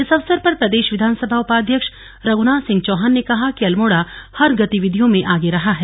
इस अवसर पर प्रदेश विधानसभा उपाध्यक्ष रघ्नाथ सिंह चौहान ने कहा कि अल्मोड़ा हर गतिविधियों में आगे रहा है